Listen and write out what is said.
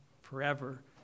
forever